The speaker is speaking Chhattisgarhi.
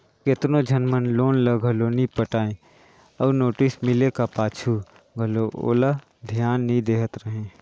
केतनो झन मन लोन ल घलो नी पटाय अउ नोटिस मिले का पाछू घलो ओला धियान नी देहत रहें